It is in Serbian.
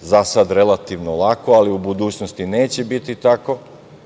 za sada relativno lako ali u budućnosti neće biti tako,